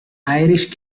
irish